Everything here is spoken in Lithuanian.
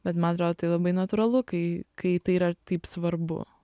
bet man atrodo tai labai natūralu kai kai tai yra taip svarbu